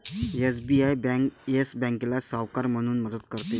SBI bank yes बँकेला सावकार म्हणून मदत करते